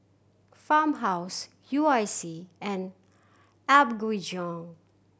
Farmhouse U I C and Apgujeong